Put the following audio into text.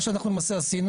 מה שאנחנו עשינו,